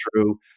true